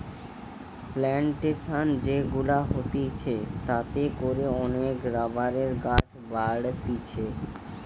plantation যে গুলা হতিছে তাতে করে অনেক রাবারের গাছ বাড়তিছে